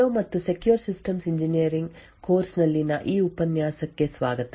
hello ಮತ್ತು secure systems engineering course ನಲ್ಲಿನ ಈ ಉಪನ್ಯಾಸಕ್ಕೆ ಸ್ವಾಗತ